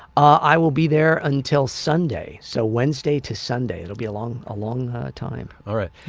i will be there until sunday so wednesday to sunday it'll be along a long time. alright,